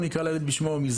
נכון לרגע זה,